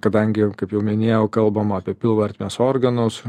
kadangi kaip jau minėjau kalbam apie pilvo ertmės organus